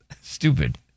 Stupid